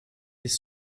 des